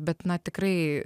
bet na tikrai